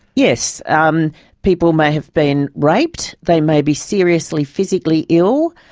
yes. um people may have been raped, they may be seriously physically ill,